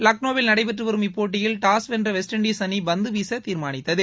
லக்னோவில் நடைபெற்று வரும் இப்போட்டியில் டாஸ் வென்ற வெஸ்ட் இண்டஸ் அணி பந்துவீச தீர்மானித்தது